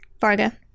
Varga